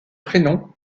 prénom